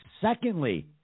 Secondly